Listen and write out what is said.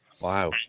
Wow